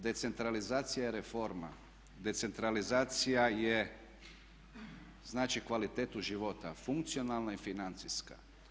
Decentralizacija je reforma, decentralizacija znači kvalitetu života – funkcionalna i financijska.